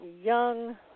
young